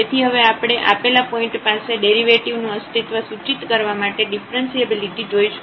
તેથી હવે આપણે આપેલા પોઇન્ટ પાસે ડેરિવેટિવ નું અસ્તિત્વ સૂચિત કરવા માટે ડીફરન્સીએબિલિટી જોશું